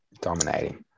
dominating